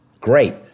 Great